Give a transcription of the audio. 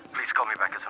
please call me but